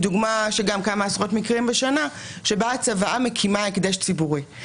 דוגמה של כמה עשרות מקרים בשנה היא כאשר הצוואה מקימה הקדש ציבורי.